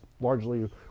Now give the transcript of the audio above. largely